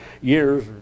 years